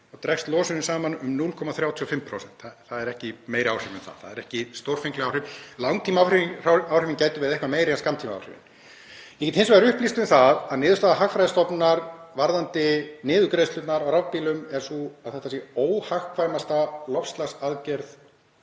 dregst losunin saman um 0,35%. Það eru ekki meiri áhrif en það, það eru ekki stórfengleg áhrif. Langtímaáhrifin gætu verið eitthvað meiri en skammtímaáhrifin. Ég get hins vegar upplýst um það að niðurstaða Hagfræðistofnunar varðandi niðurgreiðslurnar á rafbílum er sú að þetta sé óhagkvæmasta loftslagsaðgerð